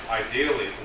ideally